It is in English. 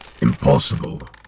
Impossible